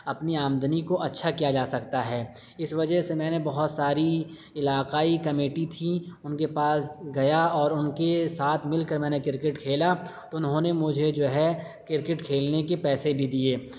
اپنی آمدنی کو اچھا کیا جا سکتا ہے اس وجہ سے میں نے بہت ساری علاقائی کمیٹی تھیں ان کے پاس گیا اور ان کے ساتھ مل کر میں نے کرکٹ کھیلا تو انہوں نے مجھے جو ہے کرکٹ کھیلنے کے پیسے بھی دیے